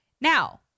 Now